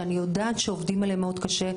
שאני יודעת שעובדים עליהם מאוד קשה,